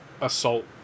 assault